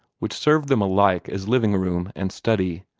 which served them alike as living-room and study,